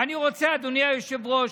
ואני רוצה, אדוני היושב-ראש,